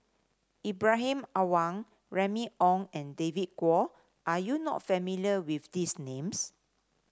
Ibrahim Awang Remy Ong and David Kwo are you not familiar with these names